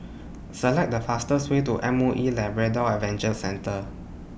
Select The fastest Way to M O E Labrador Adventure Centre